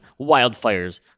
wildfires